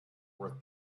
worth